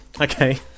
Okay